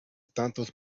tantos